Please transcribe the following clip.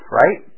right